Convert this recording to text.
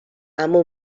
اما